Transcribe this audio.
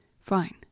Fine